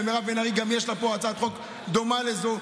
וגם למירב בן ארי יש פה הצעת חוק דומה לזו,